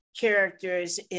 characters